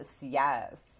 yes